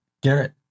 Garrett